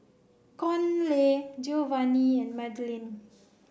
Conley Giovanny and Madlyn